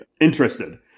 interested